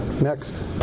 Next